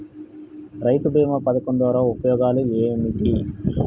రైతు బీమా పథకం ద్వారా ఉపయోగాలు ఏమిటి?